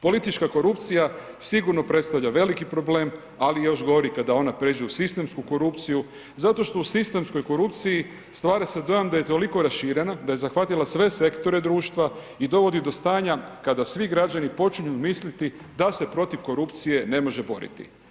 Politička korupcija sigurno predstavlja velik problem, ali i još gori, kada ona pređe u sistemsku korupciju, zato što u sistemskoj korupciji, stvara se dojam da je toliko raširena, da je zahvatila sve sektore društva i dovodi do stanja, kada svi građani počinju misliti, da se protiv korupcije, ne može boriti.